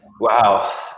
Wow